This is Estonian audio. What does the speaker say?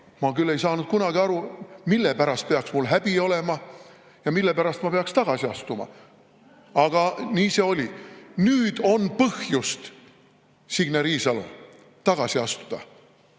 Ma küll ei saanud kunagi aru, mille pärast oleks mul pidanud häbi olema ja mille pärast ma oleksin pidanud tagasi astuma. Aga nii see oli. Nüüd on põhjust, Signe Riisalo, tagasi astuda.